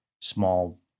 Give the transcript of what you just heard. small